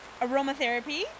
aromatherapy